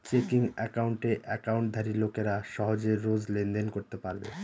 checking একাউণ্টে একাউন্টধারী লোকেরা সহজে রোজ লেনদেন করতে পারবে